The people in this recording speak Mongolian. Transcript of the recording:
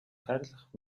хайрлах